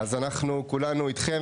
אז אנחנו כולנו איתכם,